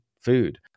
food